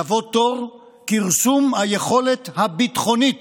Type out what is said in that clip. יבוא תור כרסום היכולת הביטחונית